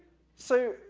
so,